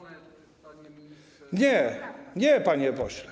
Nie, nie, panie pośle.